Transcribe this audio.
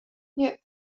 nie